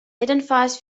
jedenfalls